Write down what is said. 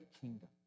kingdom